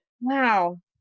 Wow